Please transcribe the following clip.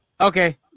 Okay